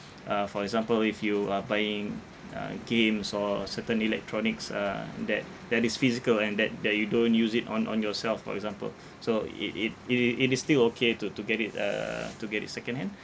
uh for example if you are buying uh games or certain electronics uh that that is physical and that that you don't use it on on yourself for example so it it it it it is still okay to to get it uh to get it second hand